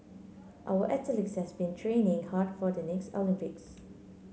our athletes have been training hard for the next Olympics